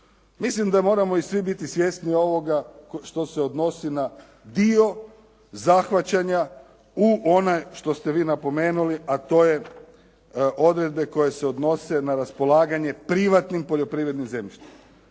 Mislim da moramo i svi biti svjesni ovoga što se odnosi na dio zahvaćanja u onaj što ste vi napomenuli, a to je na odredbe koje se odnose na raspolaganje privatnim poljoprivrednim zemljištem.